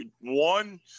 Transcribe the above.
One